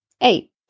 Eight